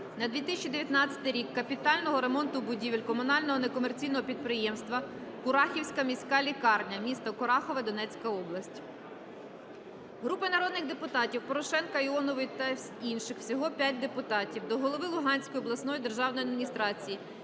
на 2019 рік капітального ремонту будівель комунального некомерційного підприємства "Курахівська міська лікарня" (місто Курахове, Донецька область). Групи народних депутатів (Порошенка, Іонової та інших. Всього 5 депутатів) до голови Луганської обласної державної адміністрації